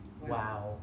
wow